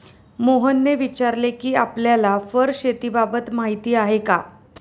मोहनने विचारले कि आपल्याला फर शेतीबाबत माहीती आहे का?